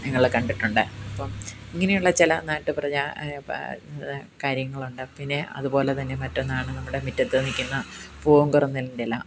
ഞങ്ങൾ കണ്ടിട്ടുണ്ട് അപ്പം ഇങ്ങനെയുള്ള ചില നാട്ടു കാര്യങ്ങളുണ്ട് പിന്നെ അതുപോലെ തന്നെ മറ്റൊന്നാണ് നമ്മടെ മുറ്റത്തു നിൽക്കുന്ന പൂങ്കുറുനിലിൻ്റെ ഇല